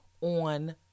on